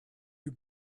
you